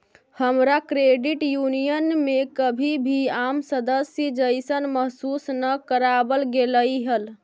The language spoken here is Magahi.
हमरा क्रेडिट यूनियन में कभी भी आम सदस्य जइसन महसूस न कराबल गेलई हल